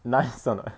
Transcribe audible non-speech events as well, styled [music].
nice [laughs] or not